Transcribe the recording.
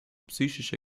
psychische